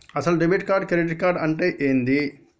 అసలు debit card credit card అంటే ఏంది?